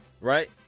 right